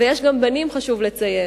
ויש גם בנים, חשוב לציין,